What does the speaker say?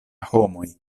homoj